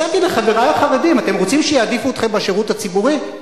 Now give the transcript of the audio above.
הצעתי לחברי החרדים: אתם רוצים שיעדיפו אתכם בשירות הציבורי?